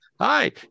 hi